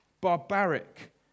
barbaric